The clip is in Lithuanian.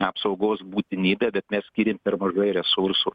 apsaugos būtinybę bet mes skyrėm per mažai resursų